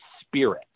spirit